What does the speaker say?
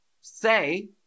say